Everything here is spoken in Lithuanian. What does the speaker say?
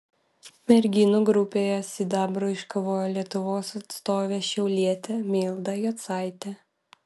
merginų grupėje sidabrą iškovojo lietuvos atstovė šiaulietė milda jocaitė